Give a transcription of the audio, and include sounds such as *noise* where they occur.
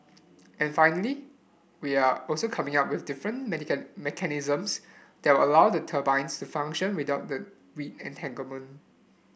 and finally we're also coming up with different *unintelligible* mechanisms that will allow the turbines to function without *unintelligible* weed entanglement